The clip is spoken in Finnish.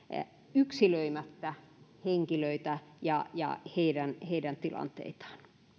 yksilöimättä henkilöitä ja ja heidän heidän tilanteitaan